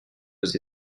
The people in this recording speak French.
aux